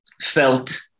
felt